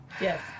Yes